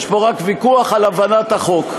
יש פה רק ויכוח על הבנת החוק.